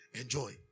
Enjoy